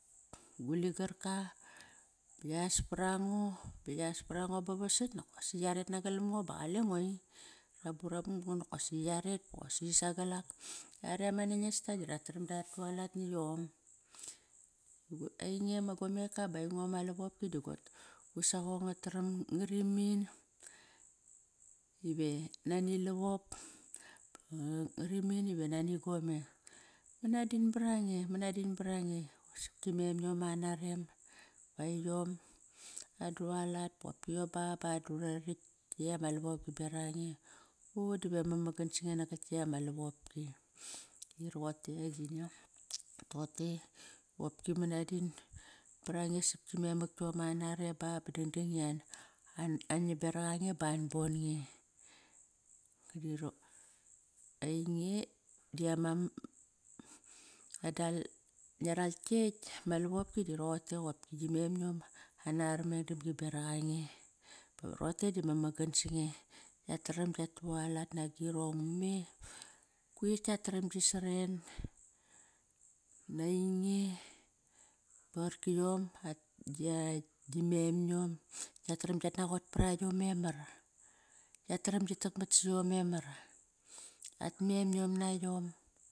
Gu ligarka yas parango ba yas parango ba vasat nakosi yaret nagalam ngo ba qalengo i raburabu mat ngo nokosi yaret bosaqi sagal ak. Yare ma nangista da rataram datualat na iom. Ainge ma gomeka ba aingo ma lavopki gusaqong nga taram ngari min ive nani lavop ngari min iva nani gome. Manadin barange manadin barange sap gi memiom ana rem ba aiyom an dualat bopki yom ba, ba andurarakt tiekt ama lavopki beraq ange o o dive mamagan sange nagal tiekt ama lavopki toqote i qopki manadin parange sap gi memak iom ana nem ba, ba dangdang an nam beraq ange ban bonge. Ngiaral kiekt ama lavopki roqotei qopki gim memiom anar meng damgi beraq qange bar rote du mamagah sa nge. Kiat taram, kiat tualat nagirong me. Kuir kiat taram gi saren, me ainge ba qarkiom gi memak iom, kiat taram giat naqot par aiom memar. Yataram gi takmat siom memar at memiom na ya.